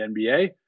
NBA